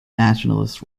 nationalist